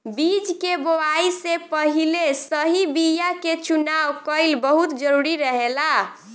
बीज के बोआई से पहिले सही बीया के चुनाव कईल बहुत जरूरी रहेला